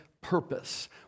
purpose